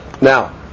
Now